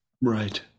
Right